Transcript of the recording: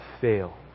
fail